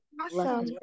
awesome